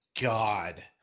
God